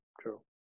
true